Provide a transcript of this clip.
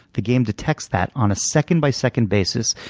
the game detects that on a second-by-second basis,